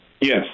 Yes